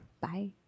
Bye